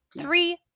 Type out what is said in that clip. three